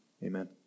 Amen